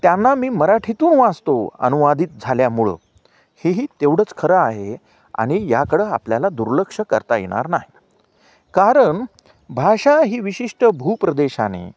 त्यांना मी मराठीतून वाचतो अनुवादित झाल्यामुळं हे ही तेवढंच खरं आहे आणि याकडं आपल्याला दुर्लक्ष करता येणार नाही कारण भाषा ही विशिष्ट भूप्रदेशाने